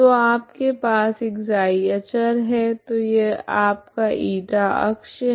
तो आपके पास ξ अचर है तो यह आपका η अक्ष है